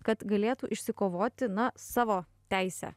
kad galėtų išsikovoti na savo teisę